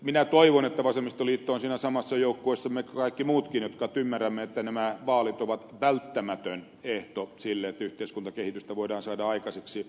minä toivon että vasemmistoliitto on siinä samassa joukkueessa kuin kaikki muutkin jotka ymmärrämme että nämä vaalit ovat välttämätön ehto sille että yhteiskuntakehitystä voidaan saada aikaiseksi